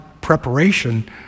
preparation